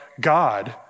God